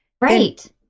right